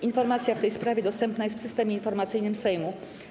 Informacja w tej sprawie dostępna jest w Systemie Informacyjnym Sejmu.